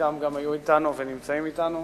שחלקם גם היו אתנו ונמצאים אתנו.